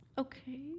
Okay